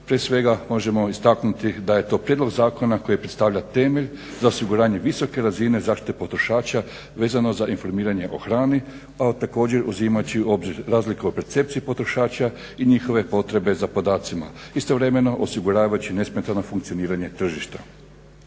prije svega možemo istaknuti da je to prijedlog zakona koji predstavlja temelj za osiguranje visoke razine zaštite potrošača vezano za informiranje o hrani, a također uzimajući u obzir razlike o percepciji potrošača i njihove potrebe za podacima. Istovremeno osiguravajući nesmetano funkcioniranje tržišta.